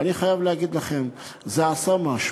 ואני חייב להגיד לכם: זה עשה משהו,